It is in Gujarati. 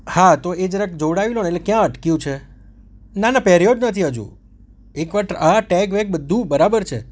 હા તો એ જરાક જોવડાવી લો ને એટલે ક્યાં અટક્યું છે ના ના પહેર્યો જ નથી હજુ એક વાર ટ્રા હા ટેગ વેગ બધુ બરાબર છે